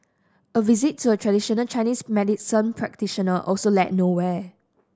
a visit to a traditional Chinese medicine practitioner also led nowhere